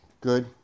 Good